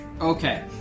Okay